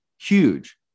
huge